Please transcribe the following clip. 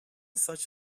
such